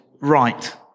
right